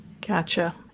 Gotcha